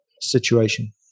situation